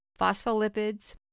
phospholipids